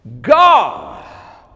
God